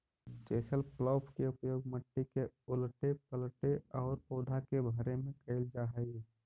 chisel plough के उपयोग मट्टी के उलऽटे पलऽटे औउर पौधा के भरे में कईल जा हई